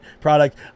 product